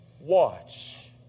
watch